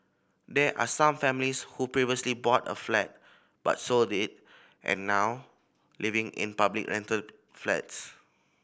there are some families who previously bought a flat but sold it and now living in public rental flats